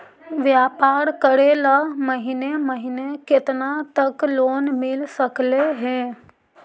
व्यापार करेल महिने महिने केतना तक लोन मिल सकले हे?